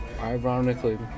Ironically